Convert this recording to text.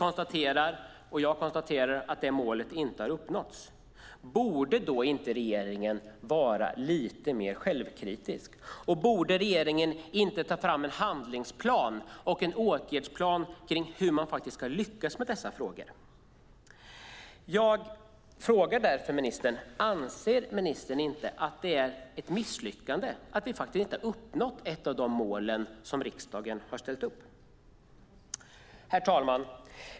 Jag konstaterar att det målet inte har uppnåtts. Borde då inte regeringen vara lite självkritisk? Borde regeringen inte ta fram en handlingsplan och åtgärdsplan för hur man ska lyckas med dessa frågor? Jag frågar därför ministern: Anser inte ministern att det är ett misslyckande att vi inte har uppnått ett av de mål som riksdagen har ställt upp? Herr talman!